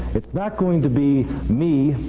it's not going to be me,